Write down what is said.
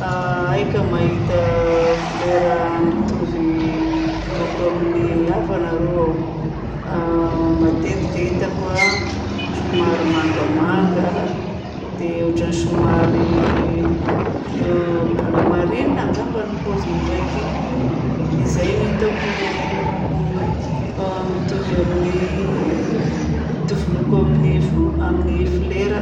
Aika mahita fleur mitovy loko amin'ny havana rô aho. Matetika hitako a somary mangamanga dia ohatran'ny somary bleu marine ngamba ny paozin'ny raika igny. Dia izy no hitako mitovy amin'ny mitovy loko amin'ny fleur.